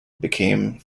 became